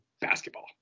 basketball